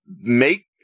make